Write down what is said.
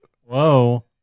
Whoa